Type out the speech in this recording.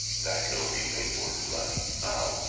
that can only be paid for in blood oh.